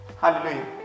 Hallelujah